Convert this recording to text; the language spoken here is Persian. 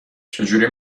چجوری